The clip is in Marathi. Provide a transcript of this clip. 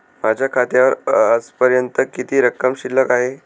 माझ्या खात्यावर आजपर्यंत किती रक्कम शिल्लक आहे?